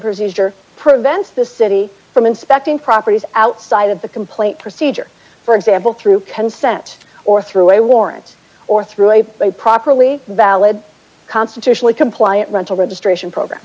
procedure prevents the city from inspecting properties outside of the complaint procedure for example through consent or through a warrant or through a they properly valid constitutionally compliant rental registration program